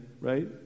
right